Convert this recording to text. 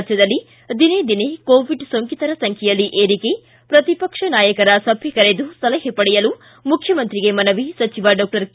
ರಾಜ್ಯದಲ್ಲಿ ದಿನೇ ದಿನೇ ಕೋವಿಡ್ ಸೋಂಕಿತರ ಸಂಖ್ಯೆಯಲ್ಲಿ ಏರಿಕೆ ಪ್ರತಿಪಕ್ಷ ನಾಯಕರ ಸಭೆ ಕರೆದು ಸಲಹೆ ಪಡೆಯಲು ಮುಖ್ಖಮಂತ್ರಿಗೆ ಮನವಿ ಸಚಿವ ಡಾಕ್ಷರ್ ಕೆ